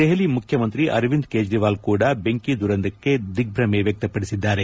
ದೆಹಲಿ ಮುಖ್ಯಮಂತ್ರಿ ಅರವಿಂದ್ ಕೇಜ್ರವಾಲ್ ಕೂಡ ಬೆಂಕಿ ದುರಂತಕ್ಕೆ ದಿಗ್ಗಮ ವ್ಯಕ್ತಪಡಿಸಿದ್ದಾರೆ